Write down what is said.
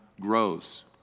grows